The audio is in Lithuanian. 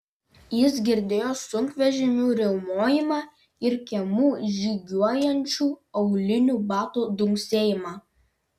jis girdėjo sunkvežimių riaumojimą ir kiemu žygiuojančių aulinių batų dunksėjimą